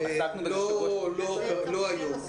לא היום.